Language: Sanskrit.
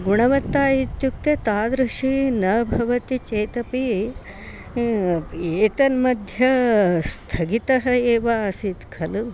गुणवत्ता इत्युक्ते तादृशी न भवति चेतपि एतन् मध्या स्थगितः एव आसीत् खलु